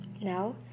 Now